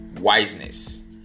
wiseness